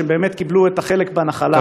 קיבלו את החלק בנחלה.